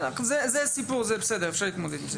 עם זה אפשר להתמודד.